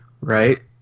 right